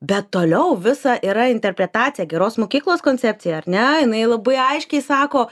bet toliau visa yra interpretacija geros mokyklos koncepcija ar ne jinai labai aiškiai sako